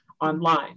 online